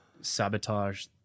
sabotage